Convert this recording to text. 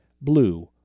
Blue